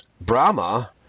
Brahma